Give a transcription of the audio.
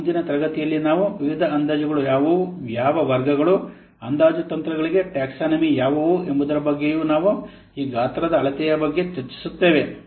ಮತ್ತು ಮುಂದಿನ ತರಗತಿಯಲ್ಲಿ ನಾವು ವಿವಿಧ ಅಂದಾಜು ಯಾವುವು ಯಾವ ವರ್ಗಗಳು ಅಂದಾಜು ತಂತ್ರಗಳಿಗೆ ಟ್ಯಾಕ್ಸಾನಮಿ ಯಾವುವು ಎಂಬುದರ ಬಗ್ಗೆಯೂ ನಾವು ಈ ಗಾತ್ರದ ಅಳತೆಯ ಬಗ್ಗೆ ಚರ್ಚಿಸುತ್ತೇವೆ